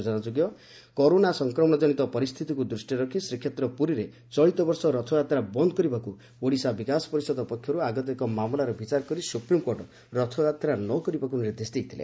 ସ୍ୱଚନାଯୋଗ୍ୟ corona ସଂକ୍ରମଣଜନିତ ପରିସ୍ଥିତିକୁ ଦୃଷ୍ଟିରେ ରଖି ଶ୍ରୀକ୍ଷେତ୍ର ପୁରୀରେ ଚଳିତ ବର୍ଷ ରଥଯାତ୍ରା ବନ୍ଦ୍ କରିବାକୁ ଓଡ଼ିଶା ବିକାଶ ପରିଷଦ ପକ୍ଷରୁ ଆଗତ ଏକ ମାମଲାର ବିଚାର କରି ସୁପ୍ରିମ୍କୋର୍ଟ ରଥଯାତ୍ରା ନ କରିବାକୁ ନିର୍ଦ୍ଦେଶ ଦେଇଥିଲେ